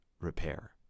repair